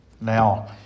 Now